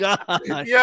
God